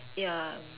ya